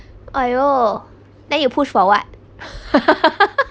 !aiyo! then you push for what